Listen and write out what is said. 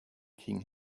king